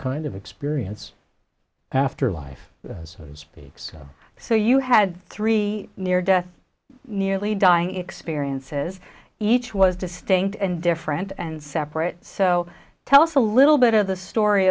kind of experience after life as we speak so so you had three near death nearly dying experiences each was distinct and different and separate so tell us a little bit of the story